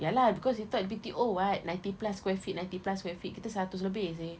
ya lah because you thought B_T_O what ninety plus square feet ninety plus square feet kita seratus lebih seh